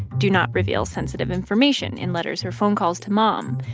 do not reveal sensitive information in letters or phone calls to mom,